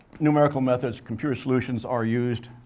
numerical methods, computer solutions are used